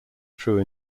true